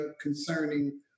concerning